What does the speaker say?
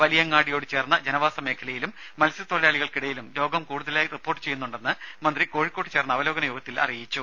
വലിയങ്ങാടിയോട് ചേർന്ന ജനവാസമേഖലയിലും മത്സ്യത്തൊഴിലാളികൾക്കിടയിലും രോഗം കൂടുതലായി റിപ്പോർട്ട് ചെയ്യുന്നുണ്ടെന്ന് മന്ത്രി കോഴിക്കോട്ടു ചേർന്ന അറിയിച്ചു